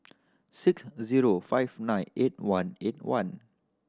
six zero five nine eight one eight one